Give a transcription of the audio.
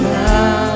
now